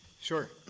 Sure